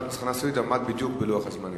חבר הכנסת חנא סוייד עמד בדיוק בלוח הזמנים.